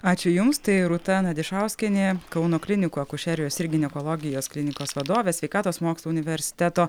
ačiū jums tai rūta nadišauskienė kauno klinikų akušerijos ir ginekologijos klinikos vadovė sveikatos mokslų universiteto